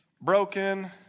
broken